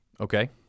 Okay